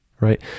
Right